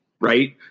right